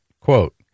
quote